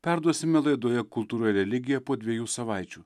perduosime laidoje kultūra ir religija po dviejų savaičių